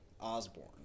Osborne